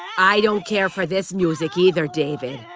i don't care for this music either, david.